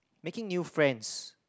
making new friends